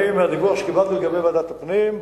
מהדיווח שקיבלתי לגבי ועדת הפנים,